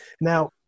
Now